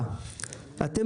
תודה רבה לך, אדוני היושב-ראש.